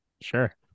Sure